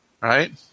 Right